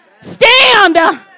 Stand